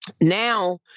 Now